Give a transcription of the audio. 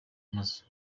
amazu